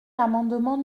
l’amendement